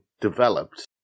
developed